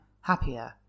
happier